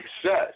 success